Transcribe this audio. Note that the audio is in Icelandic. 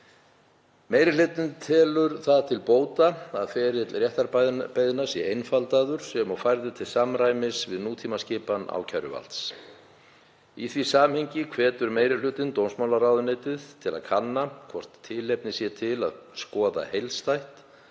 Meiri hlutinn telur það til bóta að ferill réttarbeiðna sé einfaldaður sem og færður til samræmis við nútímaskipan ákæruvalds. Í því samhengi hvetur meiri hlutinn dómsmálaráðuneytið til þess að kanna hvort tilefni sé til að skoða heildstætt